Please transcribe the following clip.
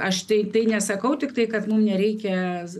aš tai tai nesakau tiktai kad mum nereikia